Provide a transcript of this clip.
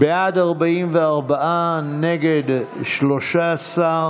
באמת, אדוני היושב בראש.